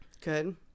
Good